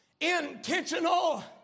intentional